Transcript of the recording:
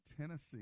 Tennessee